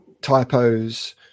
typos